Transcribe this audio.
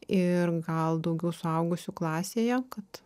ir gal daugiau suaugusių klasėje kad